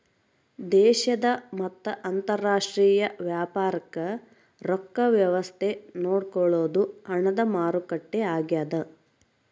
ದೇಶದ ಮತ್ತ ಅಂತರಾಷ್ಟ್ರೀಯ ವ್ಯಾಪಾರಕ್ ರೊಕ್ಕ ವ್ಯವಸ್ತೆ ನೋಡ್ಕೊಳೊದು ಹಣದ ಮಾರುಕಟ್ಟೆ ಆಗ್ಯಾದ